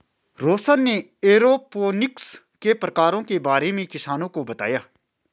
रौशन ने एरोपोनिक्स के प्रकारों के बारे में किसानों को बताया